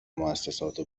موسسات